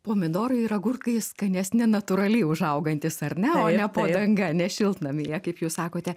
pomidorai ir agurkai skanesni natūraliai užaugantys ar ne o ne po danga ne šiltnamyje kaip jūs sakote